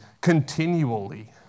continually